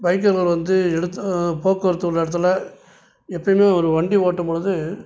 பைக்கர்கள் வந்து எடுத்து போக்குவரத்து உள்ள இடத்துல எப்போயுமே ஒரு வண்டி ஓட்டும்பொழுது